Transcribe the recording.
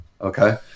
okay